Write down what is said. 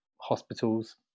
hospitals